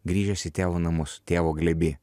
grįžęs į tėvo namus tėvo glėby